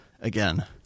again